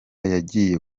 yagiye